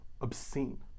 obscene